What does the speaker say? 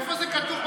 איפה זה כתוב בתורה?